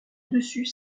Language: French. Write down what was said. dessus